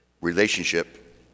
relationship